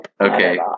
Okay